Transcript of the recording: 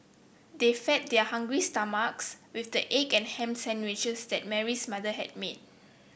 they fed their hungry stomachs with the egg and ham sandwiches that Mary's mother had made